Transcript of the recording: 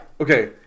okay